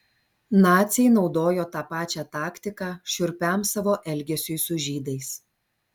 naciai naudojo tą pačią taktiką šiurpiam savo elgesiui su žydais